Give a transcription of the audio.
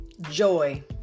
Joy